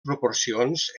proporcions